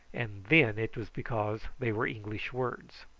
and then it was because they were english words.